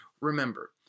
Remember